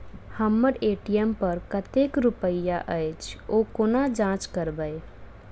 हम्मर ए.टी.एम पर कतेक रुपया अछि, ओ कोना जाँच करबै?